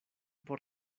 por